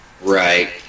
Right